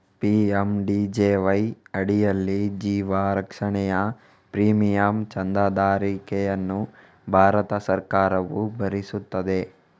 PMJDY ಅಡಿಯಲ್ಲಿ ಜೀವ ರಕ್ಷಣೆಯ ಪ್ರೀಮಿಯಂ ಚಂದಾದಾರಿಕೆಯನ್ನು ಭಾರತ ಸರ್ಕಾರವು ಭರಿಸುತ್ತದೆ